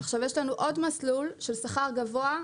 יש לנו עוד מסלול של שכר גבוה,